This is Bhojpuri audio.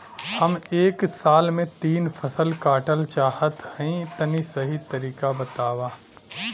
हम एक साल में तीन फसल काटल चाहत हइं तनि सही तरीका बतावा?